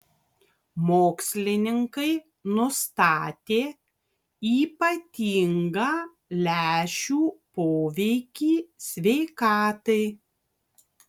mokslininkai nustatė ypatingą lęšių poveikį sveikatai